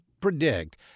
predict